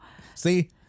See